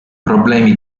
problemi